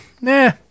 nah